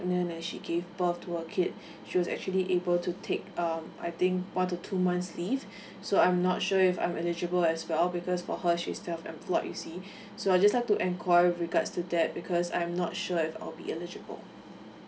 and she gave birth to her kid she was actually able to take um I think one to two months leave so I'm not sure if I'm eligible as well because for her she's self employed you see so I just like to enquiry with regards to that because I'm not sure if I'll be eligible